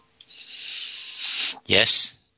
yes